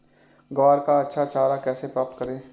ग्वार का अच्छा चारा कैसे प्राप्त करें?